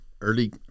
early